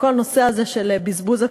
על כל הנושא הזה של בזבוז הקולות.